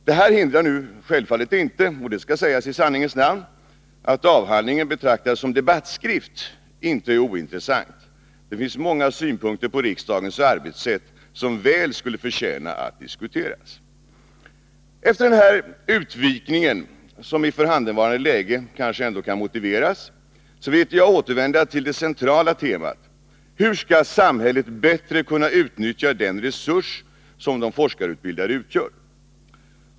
Det hindrar självfallet inte — och det skall sägas i sanningens namn — att avhandlingen, betraktad som debattskrift, inte är ointressant. Det finns många synpunkter på riksdagens arbetssätt som väl skulle förtjäna att diskuteras. Efter den här utvikningen, som i förhandenvarande läge kanske ändå kan motiveras, vill jag återvända till det centrala temat: Hur skall samhället bättre kunna utnyttja den resurs som de forskarutbildade utgör?